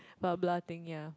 blah blah thing ya